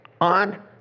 on